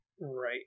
Right